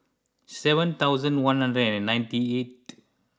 seven thousand one hundred and ninety eighth